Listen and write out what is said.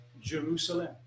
jerusalem